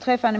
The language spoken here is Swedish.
snarast.